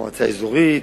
מועצה אזורית,